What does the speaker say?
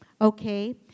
okay